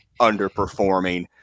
underperforming